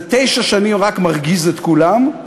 זה תשע שנים רק מרגיז את כולם,